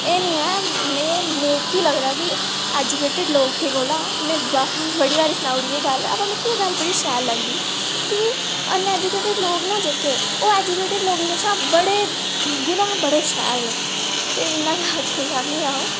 एह् निं ऐ मिगी लगदा कि एजुकेटड लोकें कोला में बड़ी बारी सनाई ओड़ी एह् गल्ल पर मिगी एह् गल्ल बड़ी शैल लगदी कि अनएजुकेटड लोक न जेह्के ओह् एजुकेटड लोकें शा बड़े गूना बड़े शैल न ते इन्ना गै आखना चाह्न्नी आं अ'ऊं